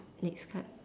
next card